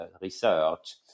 research